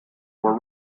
were